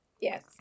Yes